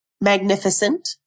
magnificent